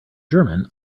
german